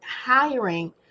hiring